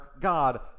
God